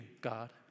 God